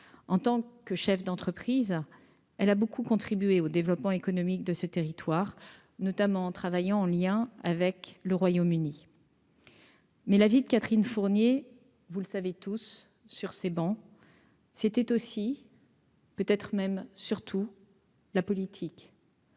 en tant que chef d'entreprise, elle a beaucoup contribué au développement économique de ce territoire, notamment en travaillant en lien avec le Royaume-Uni. Mais la vie de Catherine Fournier, vous le savez tous sur ces bancs, c'était aussi. Peut-être même surtout la politique.